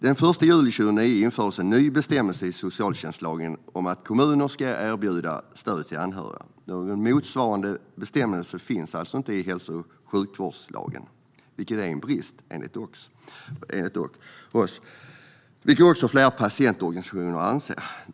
Den 1 juli 2009 infördes en ny bestämmelse i socialtjänstlagen om att kommuner ska erbjuda stöd till anhöriga. Någon motsvarande bestämmelse finns alltså inte i hälso och sjukvårdslagen. Det är enligt oss en brist, vilket också flera patientorganisationer anser.